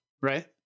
right